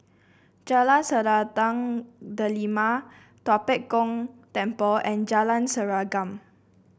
Jalan Selendang Delima Tua Pek Kong Temple and Jalan Serengam